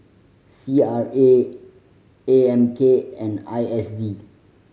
C R A A M K and I S D